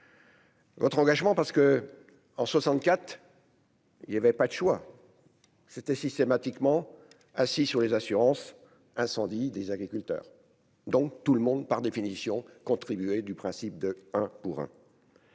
Votre engagement parce que, en soixante-quatre. Il n'y avait pas de choix c'était systématiquement assis sur les assurances, incendie des agriculteurs, donc tout le monde par définition contribuer du principe de un pour un.